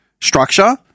structure